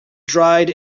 dried